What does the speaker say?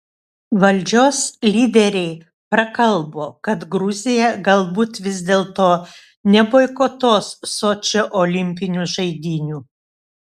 valdžios lyderiai prakalbo kad gruzija galbūt vis dėlto neboikotuos sočio olimpinių žaidynių